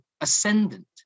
ascendant